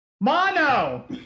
Mono